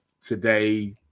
today